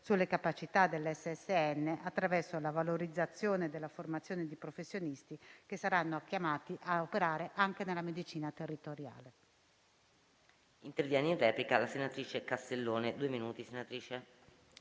sulle capacità del SSN attraverso la valorizzazione della formazione di professionisti che saranno chiamati a operare anche nella medicina territoriale.